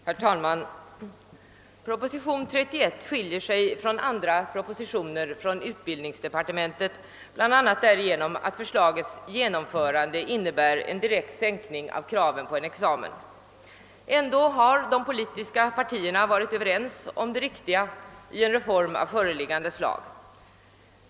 Herr talman! Proposition nr 31 skiljer sig från andra propositioner från utbildningsdepartementet bl.a. därigenom att förslagets genomförande innebär en direkt sänkning av kraven på en examen. Ändå har de politiska partierna varit överens om det riktiga i en reform av föreliggande slag.